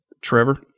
Trevor